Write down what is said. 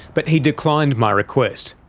but he declined my request.